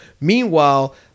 Meanwhile